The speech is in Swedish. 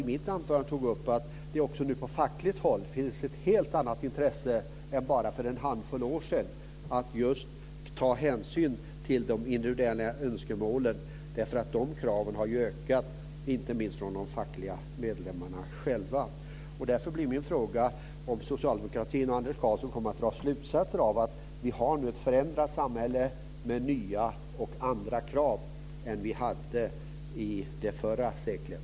I mitt anförande tog jag upp att det också på fackligt håll finns ett helt annat intresse nu än bara för någon handfull år sedan av att just ta hänsyn till de individuella önskemålen. De kraven har nämligen ökat, inte minst från de fackliga medlemmarna själva. Därför blir min fråga om socialdemokratin och Anders Karlsson kommer att dra slutsatser av att vi har ett förändrat samhälle med nya och andra krav än vi hade i det förra seklet.